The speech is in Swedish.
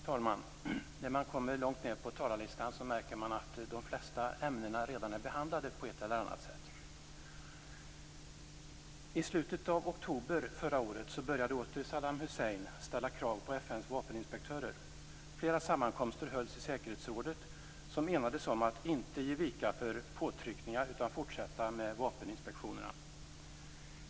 Fru talman! När man kommer långt ned på talarlistan, märker man att de flesta av ämnena redan är behandlade på ett eller annat sätt. Hussein att ställa krav på FN:s vapeninspektörer. Flera sammankomster hölls i säkerhetsrådet, som enades om att inte ge vika för påtryckningar utan fortsätta med vapeninspektionerna.